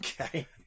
Okay